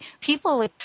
people